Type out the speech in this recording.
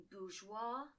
bourgeois